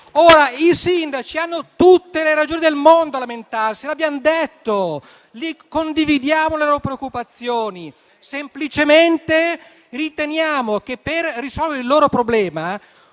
I sindaci hanno tutte le ragioni del mondo a lamentarsi, l'abbiamo detto, condividiamo le loro preoccupazioni. Semplicemente, riteniamo che per risolvere il loro problema